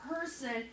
person